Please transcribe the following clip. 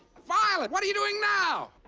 violet, what are you doing now!